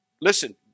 Listen